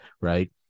Right